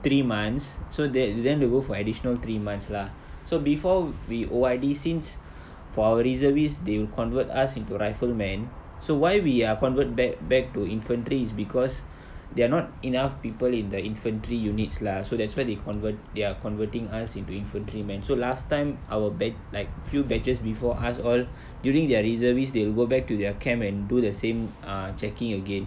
three months so that then they'll go for additional three months lah so before we O_R_D since for our reservist they will convert us into rifle man so why we are convert bac~ back to infantry is because they are not enough people in the infantry units lah so that's why they convert they are converting us into infantry men so last time our bat~ like few batches before us all during their reservist they will go back to their camp and do the same ah checking again